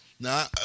now